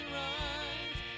rise